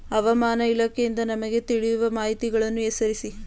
ಹವಾಮಾನ ಇಲಾಖೆಯಿಂದ ನಮಗೆ ತಿಳಿಯುವ ಮಾಹಿತಿಗಳನ್ನು ಹೆಸರಿಸಿ?